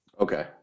Okay